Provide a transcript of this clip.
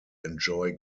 enjoy